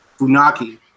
Funaki